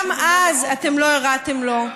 גם אז אתם לא הרעתם לו,